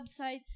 website